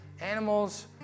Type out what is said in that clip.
animals